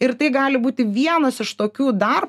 ir tai gali būti vienas iš tokių dar